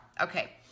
Okay